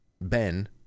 Ben